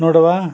ನೋಡುವಾ